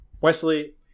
Wesley